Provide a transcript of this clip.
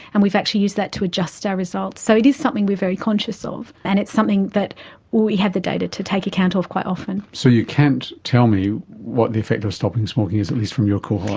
and we've actually used that to adjust our results. so it is something we are very conscious of and it's something that we have the data to take account of quite often. so you can't tell me what the effect of stopping smoking is, at least from your cohort?